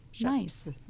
Nice